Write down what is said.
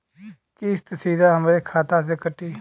किस्त सीधा हमरे खाता से कटी?